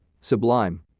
sublime